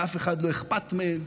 לאף אחד לא אכפת מהן.